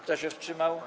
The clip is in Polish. Kto się wstrzymał?